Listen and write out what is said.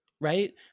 Right